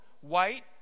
white